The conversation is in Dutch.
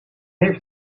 heeft